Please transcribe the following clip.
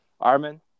armin